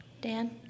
Dan